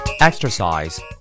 Exercise